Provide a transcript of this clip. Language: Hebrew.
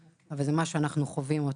שלנו.